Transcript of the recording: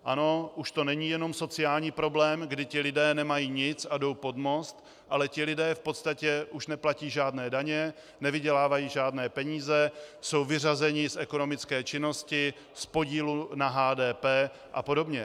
Ano, už to není jenom sociální problém, kdy ti lidé nemají nic a jdou pod most, ale ti lidé v podstatě už neplatí žádné daně, nevydělávají žádné peníze, jsou vyřazeni z ekonomické činnosti, z podílu na HDP a podobně.